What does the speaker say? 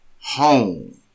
home